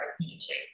teaching